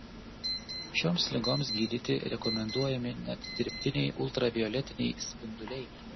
šioms ligoms gydyti rekomenduojami net dirbtiniai ultravioletiniai spinduliai